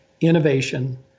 Innovation